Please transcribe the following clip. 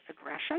aggression